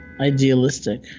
idealistic